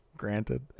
Granted